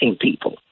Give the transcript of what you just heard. people